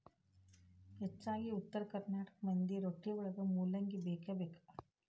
ಹೆಚ್ಚಾಗಿ ಉತ್ತರ ಕರ್ನಾಟಕ ಮಂದಿಗೆ ರೊಟ್ಟಿವಳಗ ಮೂಲಂಗಿ ಬೇಕಬೇಕ